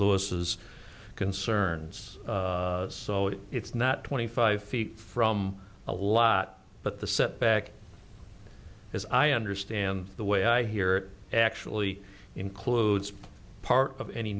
lewis has concerns so it it's not twenty five feet from a lot but the setback as i understand the way i hear it actually includes part of any